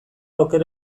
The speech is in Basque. oker